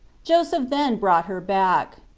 joseph then brought her back.